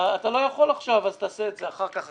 אתה לא יכול עכשיו אז תעשה את זה אחר כך.